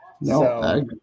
No